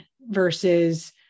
versus